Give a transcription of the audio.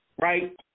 right